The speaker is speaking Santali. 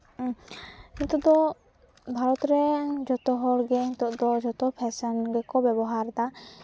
ᱱᱤᱛᱚᱜ ᱫᱚ ᱵᱷᱟᱨᱚᱛ ᱨᱮ ᱡᱚᱛᱚ ᱦᱚᱲᱜᱮ ᱱᱤᱛᱚᱜ ᱫᱚ ᱡᱚᱛᱚ ᱯᱷᱮᱥᱮᱱ ᱜᱮᱠᱚ ᱵᱮᱵᱚᱦᱟᱨᱫᱟ